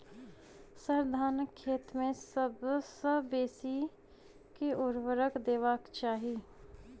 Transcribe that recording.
sir, धानक खेत मे सबसँ बेसी केँ ऊर्वरक देबाक चाहि